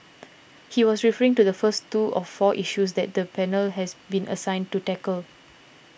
he was referring to the first two of four issues that the panel has been assigned to tackle